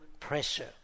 pressure